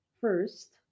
first